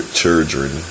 children